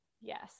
Yes